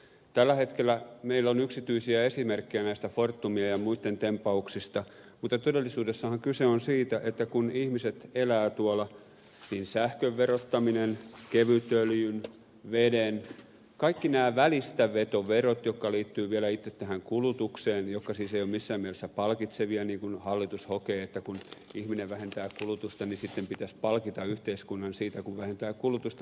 tällä hetkellä meillä on yksityisiä esimerkkejä näistä fortumin ja muitten tempauksista mutta todellisuudessahan kyse on siitä että kun ihmiset elävät tuolla niin tulee sähkön verottaminen kevytöljyn veden kaikki nämä välistävetoverot jotka liittyvät vielä itse tähän kulutukseen jotka siis eivät ole missään mielessä palkitsevia vaikka hallitus hokee että kun ihminen vähentää kulutusta niin sitten yhteiskunnan pitäisi palkita siitä kun vähentää kulutusta